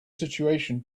situation